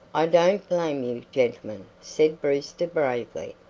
i don't blame you, gentlemen, said brewster, bravely.